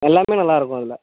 எல்லாமே நல்லா இருக்கும் அதில்